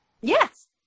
Yes